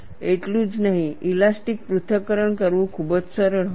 એટલું જ નહીં ઇલાસ્ટિક પૃથ્થકરણ કરવું ખૂબ જ સરળ હતું